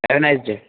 have a nice day